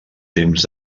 temps